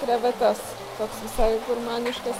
krevetes toks visai gurmaniškas